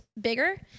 bigger